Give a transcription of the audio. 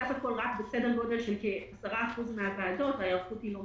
בסך הכול רק בסדר גודל של כ-10% מן הוועדות ההיערכות לא מספקת.